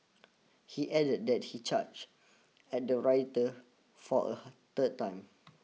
he added that he charged at the rioter for a third time